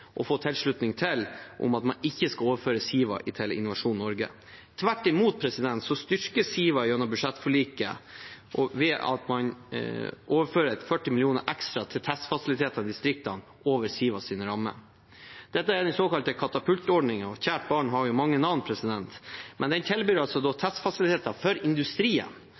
tilslutning til, at man ikke skal overføre Siva til Innovasjon Norge. Tvert imot styrkes Siva gjennom budsjettforliket ved at man overfører 40 mill. kr ekstra til testfasiliteter i distriktene over Sivas rammer. Dette er den såkalte katapultordningen – kjært barn har mange navn – og den tilbyr altså testfasiliteter for industrien,